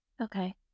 okay